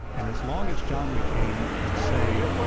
and as long as john mccain can say,